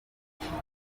twavuga